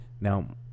now